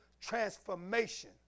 transformation